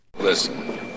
Listen